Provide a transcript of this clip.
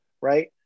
right